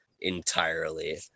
entirely